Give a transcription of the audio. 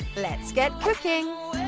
let's get cooking!